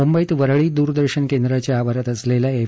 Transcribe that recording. मुंबईत वरळी दूरदर्शन केंद्राच्या आवारात असलेल्या एफ